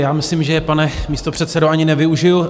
Já myslím, že je, pane místopředsedo, ani nevyužiju.